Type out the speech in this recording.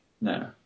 No